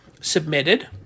submitted